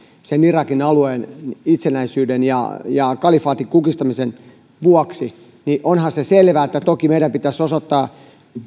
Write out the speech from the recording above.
irakin alueen itsenäisyyden ja ja kalifaatin kukistamisen vuoksi niin onhan se selvää että toki meidän pitäisi osoittaa